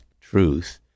truth